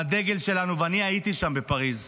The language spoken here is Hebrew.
והדגל שלנו, ואני הייתי שם, בפריז,